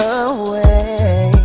away